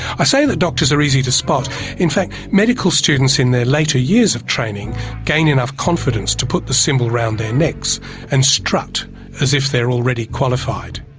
i say that doctors are easy to spot in fact medical students in their later years of training gain enough confidence to put the symbol round their necks and strut as if they're already qualified.